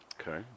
Okay